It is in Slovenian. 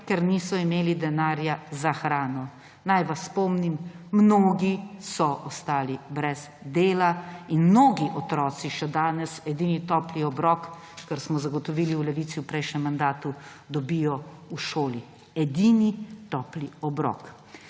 ker niso imeli denarja za hrano. Naj vas spomnim, mnogi so ostali brez dela in mnogi otroci še danes edini topli obrok, kar smo zagotovili v Levici v prejšnjem mandatu, dobijo v šoli. Edini topli obrok.